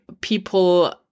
people